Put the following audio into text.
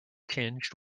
tinged